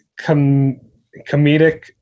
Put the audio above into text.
comedic